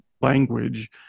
language